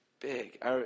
big